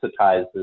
sensitizes